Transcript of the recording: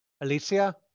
Alicia